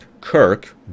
Kirk